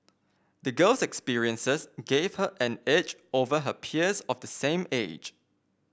the girl's experiences gave her an edge over her peers of the same age